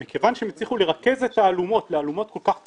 כל אחד יחשוב מה שהוא רוצה.